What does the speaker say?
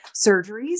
surgeries